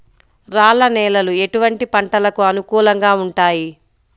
రాళ్ల నేలలు ఎటువంటి పంటలకు అనుకూలంగా ఉంటాయి?